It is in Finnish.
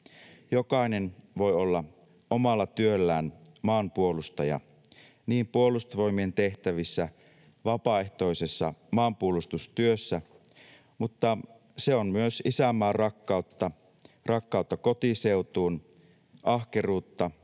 Jokainen voi olla omalla työllään maanpuolustaja niin Puolustusvoimien tehtävissä kuin vapaaehtoisessa maanpuolustustyössä, mutta se on myös isänmaanrakkautta, rakkautta kotiseutuun, ahkeruutta,